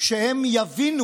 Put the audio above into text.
שהם יבינו.